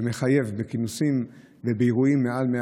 שמחייב בכינוסים ובאירועים מעל 100